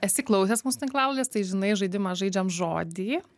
esi klausęs musų tinklalaidės tai žinai žaidimą žaidžiam žodį